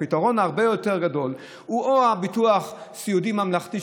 פתרון שהוא הרבה יותר גדול הוא ביטוח סיעודי ממלכתי,